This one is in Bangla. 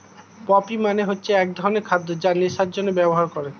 পপি মানে হচ্ছে এক ধরনের খাদ্য যা নেশার জন্যে ব্যবহার করে